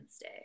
Day